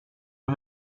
har